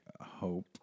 hope